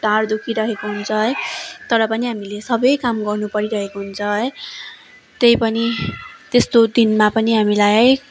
ढाँड दुखिहेको हुन्छ है तर पनि हामीले सबै काम गर्नु परिरहेको हुन्छ है त्यही पनि त्यस्तो दिनमा पनि हामीलाई है